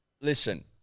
Listen